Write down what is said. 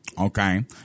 Okay